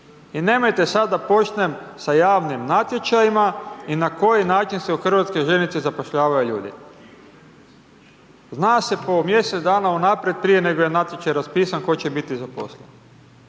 I nemojte sad da počnem sa javnim natječajima i na koji način se u HŽ zapošljavaju ljudi. Zna se po mjesec dana unaprijed, prije nego je natječaj raspisan tko će biti zaposlen.